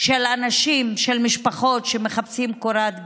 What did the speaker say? של אנשים, של משפחות שמחפשות קורת גג?